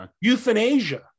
euthanasia